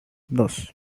dos